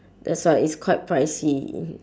that's why it's quite pricey